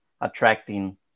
attracting